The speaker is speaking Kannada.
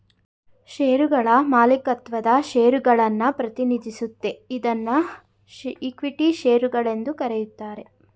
ಶೇರುಗಳ ಮಾಲೀಕತ್ವದ ಷೇರುಗಳನ್ನ ಪ್ರತಿನಿಧಿಸುತ್ತೆ ಇದ್ನಾ ಇಕ್ವಿಟಿ ಶೇರು ಗಳೆಂದು ಕರೆಯುತ್ತಾರೆ